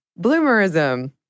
Bloomerism